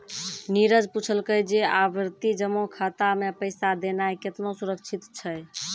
नीरज पुछलकै जे आवर्ति जमा खाता मे पैसा देनाय केतना सुरक्षित छै?